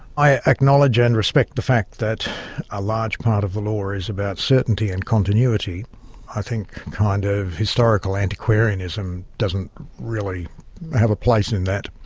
i acknowledge and respect the fact that a large part of the law is about certainty and continuity i think kind of historical antiquarianism doesn't really have a place in that.